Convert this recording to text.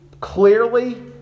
clearly